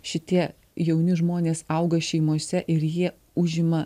šitie jauni žmonės auga šeimose ir jie užima